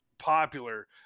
popular